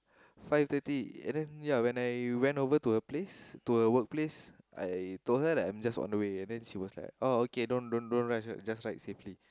five thirty and then ya when I went over to her place to her work place I told her that I'm just on the way and she was like oh okay don't don't rush just ride safety